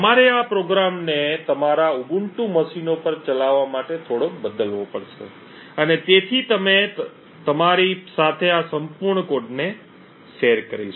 તમારે આ પ્રોગ્રામને તેને તમારા ઉબુન્ટુ મશીનો પર ચલાવવા માટે થોડોક બદલવો પડશે અને તેથી અમે તમારી સાથે આ સંપૂર્ણ કોડને શેર કરીશું